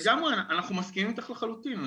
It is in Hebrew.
לגמרי, אנחנו מסכימים איתך לחלוטין.